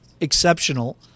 exceptional